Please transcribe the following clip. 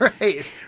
Right